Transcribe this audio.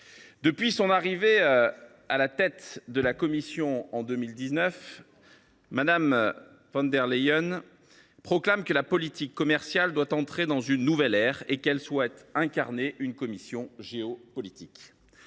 Depuis son arrivée à la tête de la Commission européenne en 2019, Mme von der Leyen proclame que la politique commerciale doit entrer dans une nouvelle ère et qu’elle souhaite incarner une Commission « géopolitique